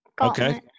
okay